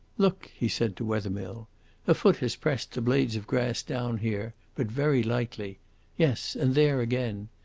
look! he said to wethermill a foot has pressed the blades of grass down here, but very lightly yes, and there again.